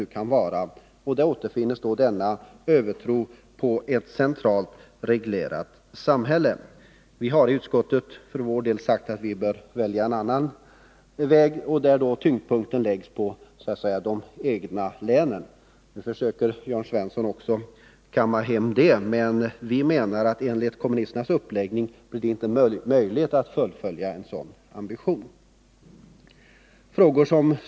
Dessa krav återspeglar övertron på ett centralt regleringssamhälle. Vi har i utskottet sagt att vi bör välja en annan väg, där tyngdpunkten läggs på länen. Nu säger Jörn Svensson att även kommunisterna vill att tyngdpunkten skall läggas på länen. Men enligt vår mening är det med kommunisternas uppläggning inte möjligt att fullfölja en sådan ambition.